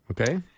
Okay